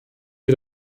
wir